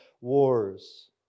wars